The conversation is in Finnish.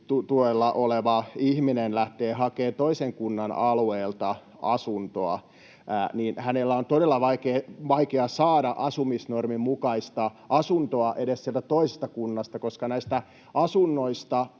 oleva ihminen lähtee hakemaan toisen kunnan alueelta asuntoa, niin hänen on todella vaikea saada asumisnormin mukaista asuntoa edes sieltä toisesta kunnasta, koska näistä asunnoista